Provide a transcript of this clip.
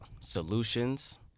solutions